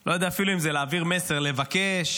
אני לא יודע אם זה להעביר מסר, לבקש,